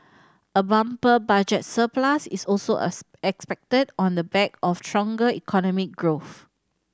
a bumper budget surplus is also expected on the back of stronger economic growth